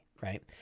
right